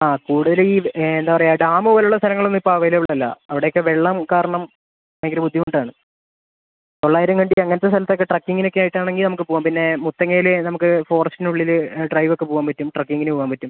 ആ കൂടുതൽ ഈ എന്താ പറയുക ഡാമ് പോലുള്ള സ്ഥലങ്ങളൊന്നും ഇപ്പം അവൈലബിൾ അല്ല അവിടെയൊക്കെ വെള്ളം കാരണം ഭയങ്കര ബുദ്ധിമുട്ടാണ് തൊള്ളായിരം കണ്ടി അങ്ങനത്തെ സ്ഥലത്തൊക്കെ ട്രക്കിങ്ങിനൊക്കെ ആയിട്ടാണെങ്കിൽ നമുക്ക് പോവാം പിന്നേ മുത്തങ്ങയിൽ നമുക്ക് ഫോറസ്റ്റിനുള്ളിൽ ഡ്രൈവൊക്കെ പോവാൻ പറ്റും ട്രക്കിങ്ങിന് പോവാൻ പറ്റും